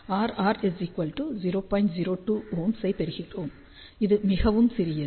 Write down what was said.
02 Ω ஐப் பெறுகிறோம் இது மிகவும் சிறியது